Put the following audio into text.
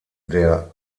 der